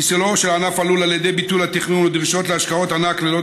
חיסולו של ענף הלול על ידי ביטול התכנון או דרישות להשקעות ענק ללא